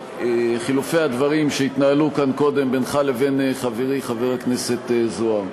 לחילופי הדברים שהתנהלו כאן קודם בינך לבין חברי חבר הכנסת זוהר.